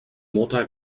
multi